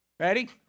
Ready